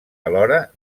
alhora